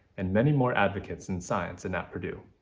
and many more advocates in science, and at purdue.